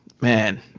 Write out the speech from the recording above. Man